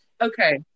Okay